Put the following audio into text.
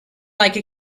like